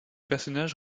personnages